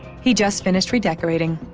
he just finished redecorating.